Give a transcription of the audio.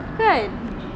kan